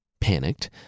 panicked